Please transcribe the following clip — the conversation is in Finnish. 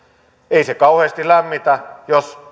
ei se kauheasti lämmitä jos